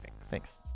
Thanks